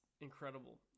incredible